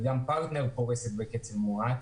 וגם פרטנר פורסת בקצב מואץ